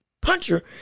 puncher